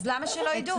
אז למה שלא יידעו?